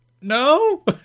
No